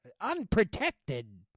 unprotected